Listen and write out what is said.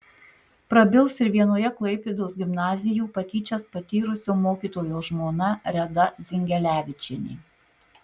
prabils ir vienoje klaipėdos gimnazijų patyčias patyrusio mokytojo žmona reda dzingelevičienė